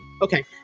Okay